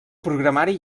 programari